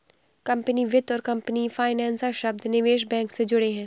company वित्त और company financer शब्द निवेश बैंक से जुड़े हैं